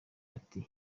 bati